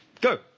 Go